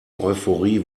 euphorie